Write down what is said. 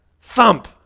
thump